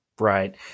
Right